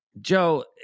Joe